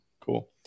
Cool